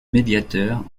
médiateur